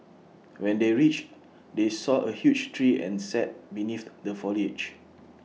when they reached they saw A huge tree and sat beneath the foliage